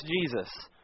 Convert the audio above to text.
Jesus